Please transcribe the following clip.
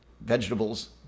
vegetables